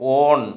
on